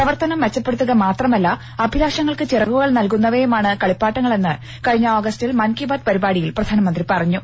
പ്രവർത്തനം മെച്ചപ്പെടുത്തുക മാത്രമല്ല അഭിലാഷങ്ങൾക്ക് ചിറകുകൾ നൽകുന്നവയുമാണ് കളിപ്പാട്ടങ്ങളെന്ന് കഴിഞ്ഞ ഓഗസ്റ്റിൽ മൻ കി ബാത്ത് പരിപാടിയിൽ പ്രധാനമന്ത്രി പറഞ്ഞു